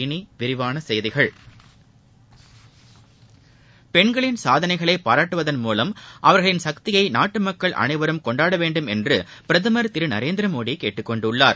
இனி விரிவான செய்திகள் பெண்களின் சாதனைகளை பாராட்டுவதன் மூலம் அவர்களின் சக்தியை நாட்டு மக்கள் அனைவரும் கொண்டாட வேண்டும் என்று பிரதமர் திரு நரேந்திரமோடி கேட்டுக் கொண்டுள்ளார்